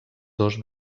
dos